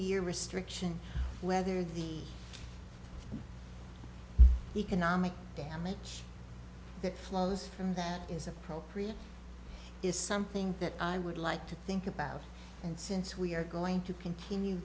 year restriction whether the economic damage that flows from that is appropriate is something that i would like to think about and since we are going to continue